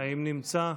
האם נמצא?